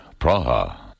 Praha